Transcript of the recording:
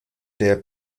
der